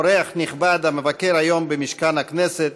אורח נכבד המבקר היום במשכן הכנסת,